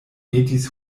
metis